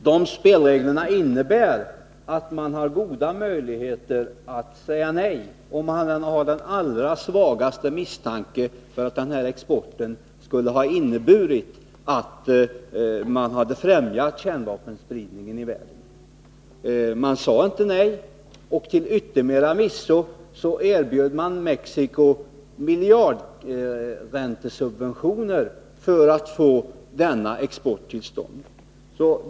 De spelreglerna innebär att man har goda möjligheter att säga nej, om man har den allra svagaste misstanke om att exporten skulle främja kärnvapenspridning i världen. Man sade inte nej, och till yttermera visso erbjöd man Mexico miljardräntesubventioner för att få denna export till stånd.